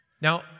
Now